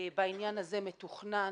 מתוכנן